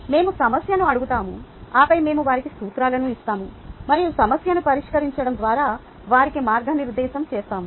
మేము సమస్యను అడుగుతాము ఆపై మేము వారికి సూత్రాలను ఇస్తాము మరియు సమస్యను పరిష్కరించడం ద్వారా వారికి మార్గనిర్దేశం చేస్తాము